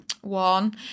one